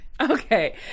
Okay